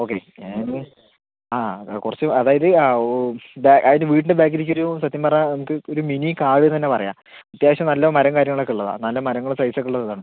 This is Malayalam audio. ഓക്കെ ഞാൻ ആ കുറച്ച് അതായത് അതിൻ്റെ വീട്ടിൻ്റ ബാക്കിലേക്ക് ഒരു സത്യം പറഞ്ഞാൽ നമുക്ക് ഒരു മിനി കാടെന്നുതന്നെ പറയാം അത്യാവശ്യം നല്ല മരം കാര്യങ്ങളൊക്കെ ഉള്ളതാണ് നല്ല മരങ്ങളും സൈസൊക്ക ഉള്ള ഇതാണ്